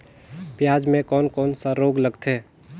पियाज मे कोन कोन सा रोग लगथे?